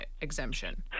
exemption